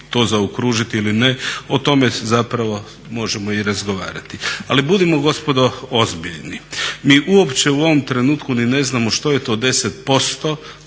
to zaokružit ili ne, o tome zapravo možemo i razgovarati. Ali budimo gospodo ozbiljni, mi uopće u ovom trenutku ni ne znamo što je to 10%